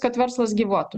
kad verslas gyvuotų